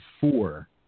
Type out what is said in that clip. four